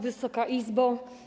Wysoka Izbo!